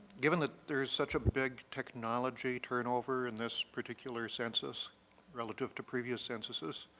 given there's such a big technology turnover in this particular census relative to previous censuses,